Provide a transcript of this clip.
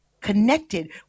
connected